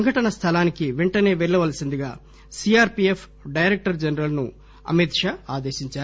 సంఘటన స్టలానికి పెంటసే పెళ్ళవలసిందిగా C R P F director general ను అమిత్ షా ఆదేశించారు